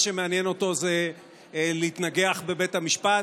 מה שמעניין אותו זה להתנגח בבית המשפט.